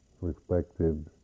respected